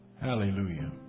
Hallelujah